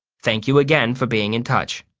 thank you again for being in touch.